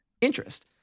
interest